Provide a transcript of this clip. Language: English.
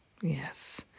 yes